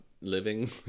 living